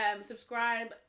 subscribe